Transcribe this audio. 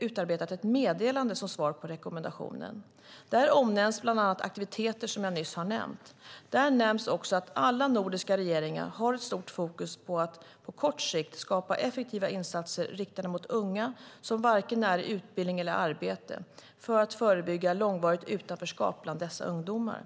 utarbetat ett meddelande som svar på rekommendationen. Där omnämns bland annat de aktiviteter som jag nyss har nämnt. Där nämns också att alla nordiska regeringar har stort fokus på att på kort sikt skapa effektiva insatser riktade mot unga som varken är i utbildning eller arbete för att förebygga långvarigt utanförskap bland dessa ungdomar.